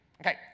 Okay